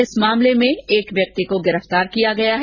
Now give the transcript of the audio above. इस मामले में एक व्यक्ति को गिरफ़तार किया गया है